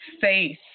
face